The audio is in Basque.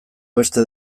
beste